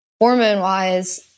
Hormone-wise